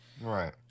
right